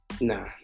Nah